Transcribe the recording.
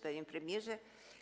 Panie Premierze!